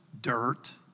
dirt